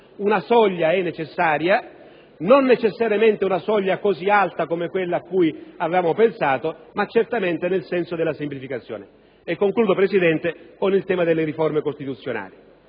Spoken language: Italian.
Una soglia è indispensabile; non necessariamente una soglia così alta come quella cui avevamo pensato, ma certamente nel senso della semplificazione. Concludo, signor Presidente, con il tema delle riforme costituzionali.